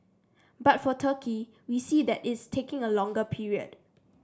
but for Turkey we see that is taking a longer period